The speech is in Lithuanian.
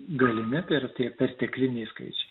galimi tai yra tie pertekliniai skaičiai